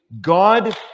God